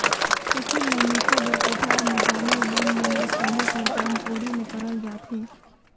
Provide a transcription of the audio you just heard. फसिल ल मिसे बर कोठार मे जामल बन मन ल छोले कर काम कोड़ी ले करल जाथे